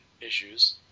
issues